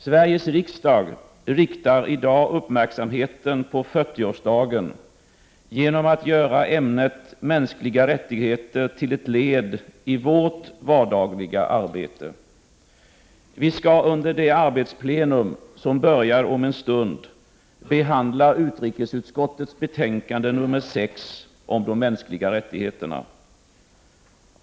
Sveriges riksdag riktar i dag uppmärksamheten på 40-årsdagen genom att göra ämnet mänskliga rättigheter till ett led i vårt vardagliga arbete. Vi skall under det arbetsplenum som börjar om en stund behandla utrikesutskottets betänkande nr 6 om de mänskliga rättigheterna.